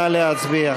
נא להצביע.